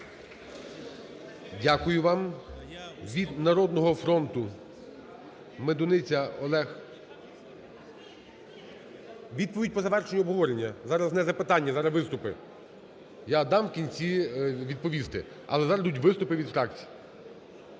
Дякую вам. Від "Народного фронту" – Медуниця Олег. Відповідь по завершенню обговорення. Зараз не запитання, зараз виступи. Я дам в кінці відповісти, але зараз йдуть виступи від фракцій.